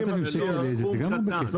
שלום, זה לא סכום קטן לירקן.